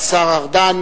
השר ארדן,